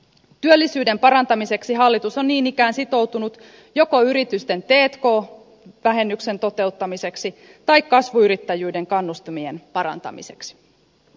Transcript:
työllisyyden parantamiseksi hallitus on niin ikään sitoutunut joko yritysten t k vähennyksen toteuttamiseen tai kasvuyrittäjyyden kannustimien parantamiseen